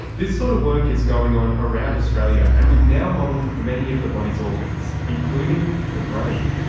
this sort of work is going on around australia, and we've now modelled many of the body's organs, including the brain.